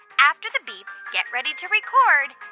after the beep, get ready to record